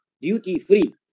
duty-free